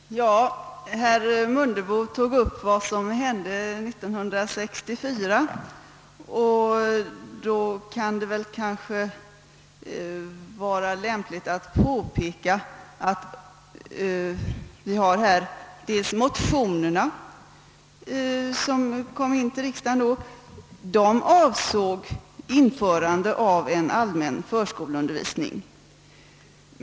Herr talman! Herr Mundebo tog upp vad som hände år 1964 och då kan det kanske vara lämpligt påpeka att de motioner, som kom in till riksdagen då, avsåg införande av en allmän förskoleundervisning.